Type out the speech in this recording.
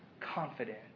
confident